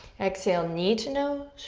exhale, knee to nose.